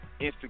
Instagram